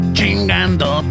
Chingando